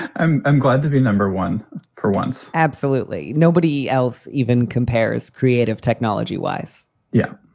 i'm i'm glad to be number one for once absolutely nobody else even compares creative technology wise yeah,